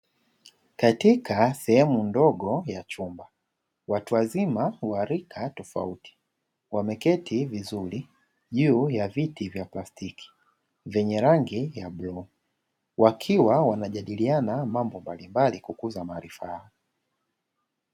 Katika sehemu ndogo ya chumba watu wazima wa rika tofauti wameketi vizuri juu ya viti vya plastiki vyenye rangi ya bluu wakiwa wanajadiliana mambo mbalimbali kukuza maarifa yao.